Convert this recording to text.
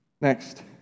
Next